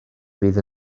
fydd